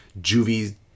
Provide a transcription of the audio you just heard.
juvie